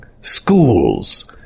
schools